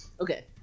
Okay